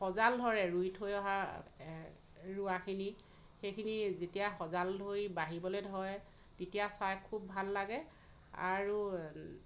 সজাল ধৰে ৰুই থৈ অহা ৰোৱাখিনি সেইখিনি যেতিয়া সজাল ধৰি বাঢ়িবলৈ ধৰে তেতিয়া চাই খুব ভাল লাগে আৰু